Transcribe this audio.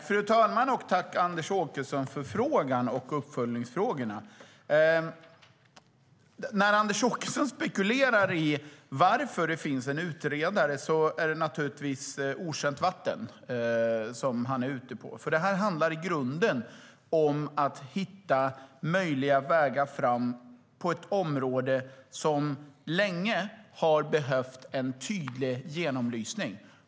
Fru talman! Tack, Anders Åkesson, för frågan och uppföljningsfrågorna! När Anders Åkesson spekulerar i varför det finns en utredare är det naturligtvis okänt vatten som han är ute på. Det här handlar i grunden om att hitta möjliga vägar framåt på ett område som länge har behövt en tydlig genomlysning.